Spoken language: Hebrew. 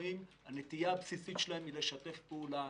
הנטייה הבסיסית של הדרגים המקצועיים היא לשתף פעולה.